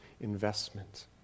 investment